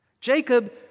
Jacob